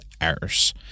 errors